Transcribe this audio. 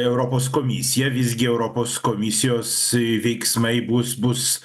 europos komisija visgi europos komisijos veiksmai bus bus